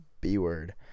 B-word